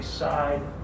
side